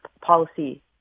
policy